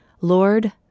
Lord